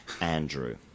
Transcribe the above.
Andrew